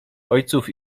ojców